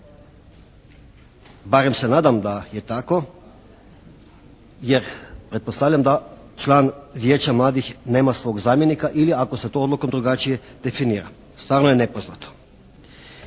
barem se nadam da je tako jer pretpostavljam da član Vijeća mladih nema svog zamjenika ili ako se to odlukom drugačije definira, stvarno je nepoznato.